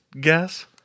guess